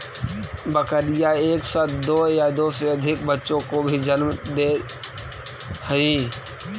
बकरियाँ एक साथ दो या दो से अधिक बच्चों को भी जन्म दे हई